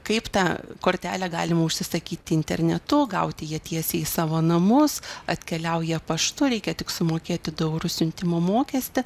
kaip tą kortelę galima užsisakyt internetu gauti ją tiesiai į savo namus atkeliauja paštu reikia tik sumokėti du eurus siuntimo mokestį